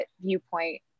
Viewpoint